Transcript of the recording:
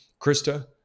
Krista